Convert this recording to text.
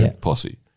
posse